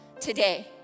today